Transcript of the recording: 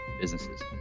businesses